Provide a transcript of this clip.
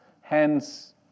Hence